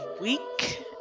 week